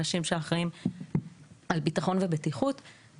אנשים שאחראים על ביטחון ובטיחות,